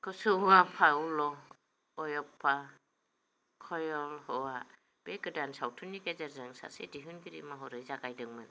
कोचौवा Paulo अयप्पा कोएल्होआ बे गोदान सावथुननि गेजेरजों सासे दिहुनगिरि महरै जागायदोंमोन